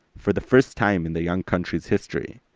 for the first time in the young country's history,